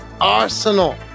Arsenal